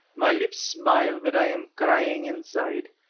my lips smile, but i am crying inside.